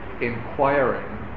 inquiring